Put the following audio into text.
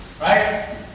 Right